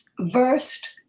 versed